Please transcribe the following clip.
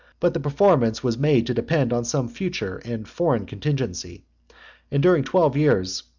but the performance was made to depend on some future and foreign contingency and during twelve years,